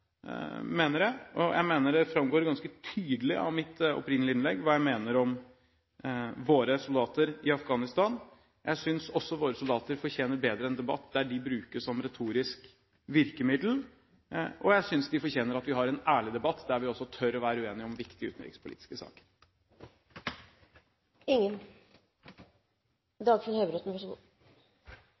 og jeg mener det framgår ganske tydelig av mitt opprinnelige innlegg hva jeg mener om «våre soldater i Afghanistan». Jeg synes også våre soldater fortjener bedre enn en debatt der de brukes som retorisk virkemiddel, og jeg synes de fortjener at vi har en ærlig debatt der vi tør å være uenige om viktige utenrikspolitiske